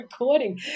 recording